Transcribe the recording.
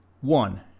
One